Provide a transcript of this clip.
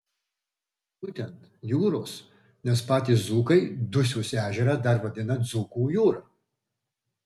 būtent jūros nes patys dzūkai dusios ežerą dar vadina dzūkų jūra